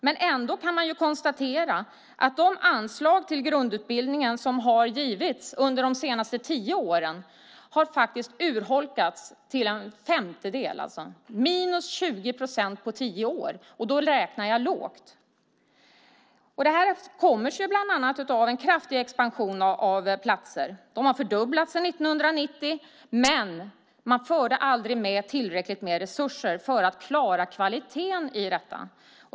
Men ändå kan man konstatera att de anslag till grundutbildningen som har givits under de senaste tio åren har urholkats till en femtedel - minus 20 procent på tio år. Då räknar jag lågt. Det här beror bland annat på en kraftig expansion av platser - antalet har fördubblats sedan 1990 - men man förde aldrig med tillräckligt med resurser för att klara kvaliteten i detta.